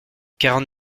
quarante